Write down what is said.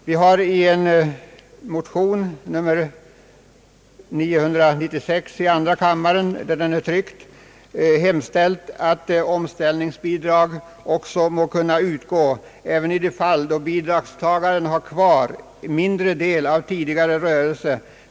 Vi har i en motion — med nr 773 i denna kammare — begärt att omställningsbidrag må kunna utgå när så är motiverat, även i fall då bidragstagaren har kvar en mindre del av tidigare rörelse.